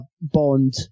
bond